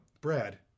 Brad